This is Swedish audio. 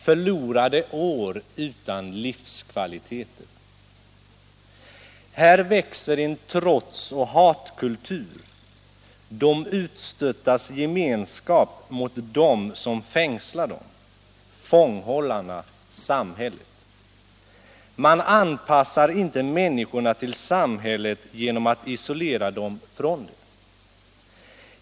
Förlorade år utan livskvaliteter. Här växer en trots och hatkultur, de utstöttas gemenskap mot dem som fängslar dem, fånghållarna, samhället. Man anpassar inte människorna till samhället genom att isolera dem från det.